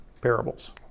parables